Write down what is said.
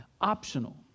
optional